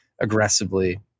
aggressively